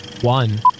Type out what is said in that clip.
one